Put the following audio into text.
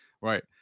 right